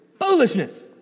Foolishness